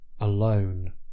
alone